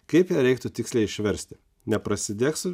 kaip ją reiktų tiksliai išversti neprasidėk su